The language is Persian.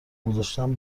گذاشتن